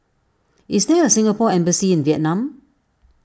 is there a Singapore Embassy in Vietnam